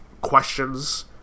questions